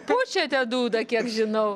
pučiate dūdą kiek žinau